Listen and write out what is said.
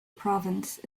province